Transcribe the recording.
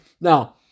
Now